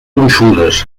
gruixudes